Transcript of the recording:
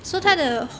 oh